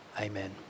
Amen